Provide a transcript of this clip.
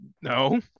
No